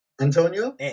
Antonio